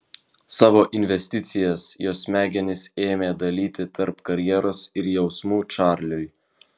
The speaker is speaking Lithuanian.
savo investicijas jos smegenys ėmė dalyti tarp karjeros ir jausmų čarliui